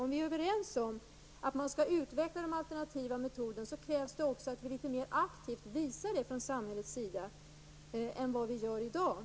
Om vi är överens om att alternativa metoder skall utvecklas, krävs det också att samhället starkare än i dag ger uttryck för detta.